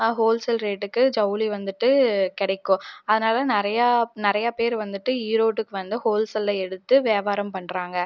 wholesale ரேட்டுக்கு ஜவுளி வந்துட்டு கிடைக்கும் அதனால் நிறையா நிறையா பேர் வந்துட்டு ஈரோடுக்கு வந்து ஹோல் சேல்ல எடுத்து வியாபாரம் பண்ணுறாங்க